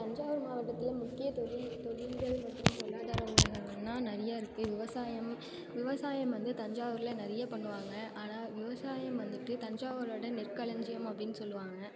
தஞ்சாவூர் மாவட்டத்தில் முக்கியத் தொழில் தொழில்கள் மற்றும் பொருளாதார ஊக்கங்கன்னா நிறையா இருக்குது விவசாயம் விவசாயம் வந்து தஞ்சாவூரில் நிறைய பண்ணுவாங்க ஆனால் விவசாயம் வந்துட்டு தஞ்சாவூரோடய நெற்களஞ்சியம் அப்டினு சொல்லுவாங்க